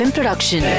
Production